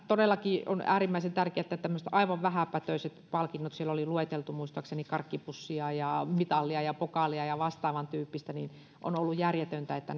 todellakin on äärimmäisen tärkeää että tämmöiset aivan vähäpätöiset palkinnot siellä oli lueteltu muistaakseni karkkipussia ja mitalia ja pokaalia ja vastaavantyyppistä on ollut järjetöntä että